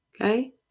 okay